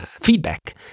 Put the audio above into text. feedback